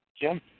Jim